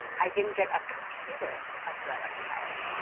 i didn't get a computer until i went to college.